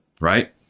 Right